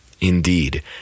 Indeed